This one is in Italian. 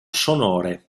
sonore